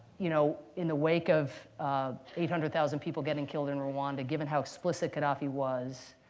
you know in the wake of eight hundred thousand people getting killed in rwanda, given how explicit gaddafi was.